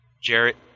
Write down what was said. Jarrett